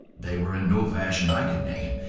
they were in no fashion i could name,